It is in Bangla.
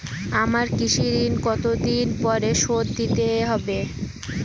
আমার কৃষিঋণ কতদিন পরে শোধ দিতে হবে?